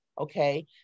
okay